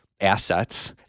assets